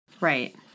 Right